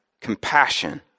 compassion